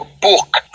book